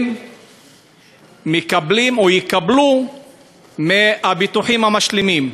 הם מקבלים או יקבלו מהביטוחים המשלימים.